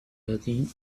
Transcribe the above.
jardin